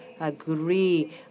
agree